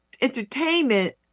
entertainment